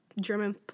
German